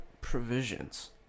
provisions